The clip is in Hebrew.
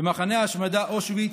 במחנה ההשמדה אושוויץ: